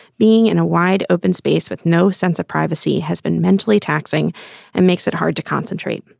being in a wide open space with no sense of privacy has been mentally taxing and makes it hard to concentrate.